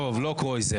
טוב, לא קרויזר.